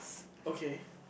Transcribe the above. okay